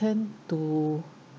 turn to